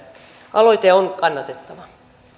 aloite on kannatettava